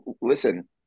listen